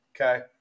Okay